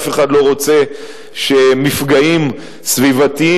אף אחד לא רוצה שמפגעים סביבתיים,